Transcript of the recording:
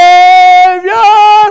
Savior